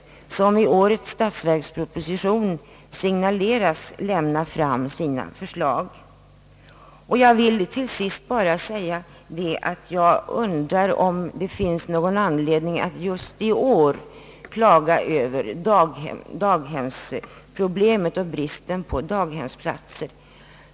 I årets statsverksproposition signaleras att denna senare utredning snart lämnar fram sina förslag. Jag vill till sist bara säga att jag undrar om det finns någon anledning att just i år klaga över bristen på daghemsplatser.